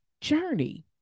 journey